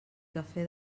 café